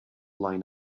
line